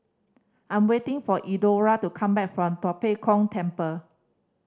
I'm waiting for Elenora to come back from Tua Pek Kong Temple